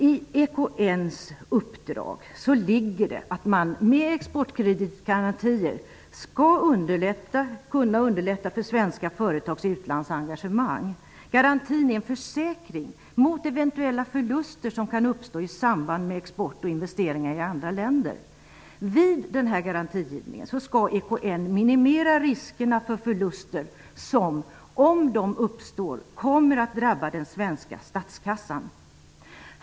I EKN:s uppdrag ligger att man med exportkreditgarantier skall kunna underlätta svenska företags utlandsengagemang. Garantin är en försäkring mot eventuella förluster som kan uppstå i samband med export och investeringar i andra länder. Vid garantigivningen skall EKN minimera riskerna för förluster som, om de uppstår, kommer att drabba den svenska statskassan.